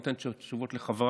אני אתן את התשובות לחבריי,